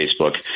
Facebook